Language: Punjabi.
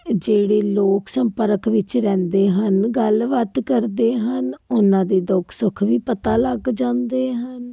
ਜਿਹੜੇ ਲੋਕ ਸੰਪਰਕ ਵਿੱਚ ਰਹਿੰਦੇ ਹਨ ਗੱਲਬਾਤ ਕਰਦੇ ਹਨ ਉਹਨਾਂ ਦੇ ਦੁੱਖ ਸੁੱਖ ਵੀ ਪਤਾ ਲੱਗ ਜਾਂਦੇ ਹਨ